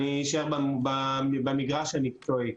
אני אשאר במגרש המקצועי.